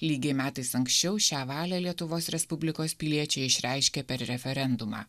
lygiai metais anksčiau šią valią lietuvos respublikos piliečiai išreiškė per referendumą